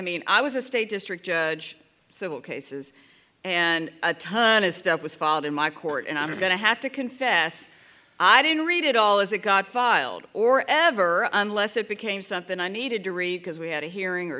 mean i was a state district judge civil cases and a ton of stuff was filed in my court and i'm going to have to confess i didn't read it all as it got filed or ever unless it became something i needed to read because we had a hearing or